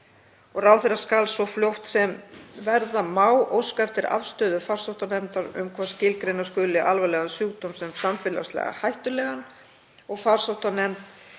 Ráðherra skal svo fljótt sem verða má óska eftir afstöðu farsóttanefndar um hvort skilgreina skuli alvarlegan sjúkdóm sem samfélagslega hættulegan og farsóttanefnd